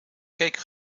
cake